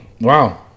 Wow